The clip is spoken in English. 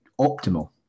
optimal